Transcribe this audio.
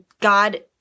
God